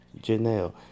Janelle